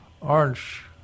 Orange